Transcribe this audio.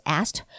asked